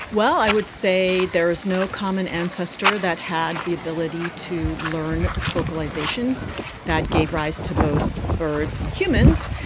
well, i would say there is no common ancestor that had the ability to learn its vocalisations that gave rise to both birds and humans,